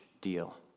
deal